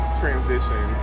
transition